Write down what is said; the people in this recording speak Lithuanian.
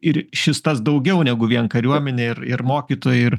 ir šis tas daugiau negu vien kariuomenė ir ir mokytojai ir